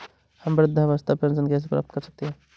हम वृद्धावस्था पेंशन कैसे प्राप्त कर सकते हैं?